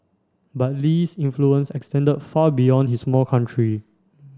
but Lee's influence extended far beyond his small country